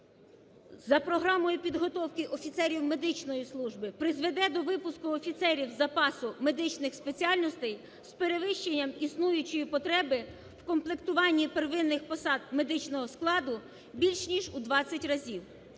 за програмою підготовки офіцерів медичної служби призведе до випуску офіцерів запасу медичних спеціальностей з перевищенням існуючої потреби в комплектуванні первинних посад медичного складу більш, ніж у 20 разів.